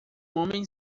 homem